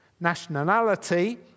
Nationality